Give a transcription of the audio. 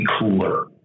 cooler